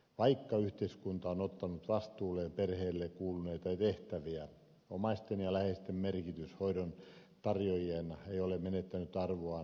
vaikka yhteiskunta on ottanut vastuulleen perheelle kuuluneita tehtäviä omaisten ja läheisten merkitys hoidon tarjoajina ei ole menettänyt arvoaan vähääkään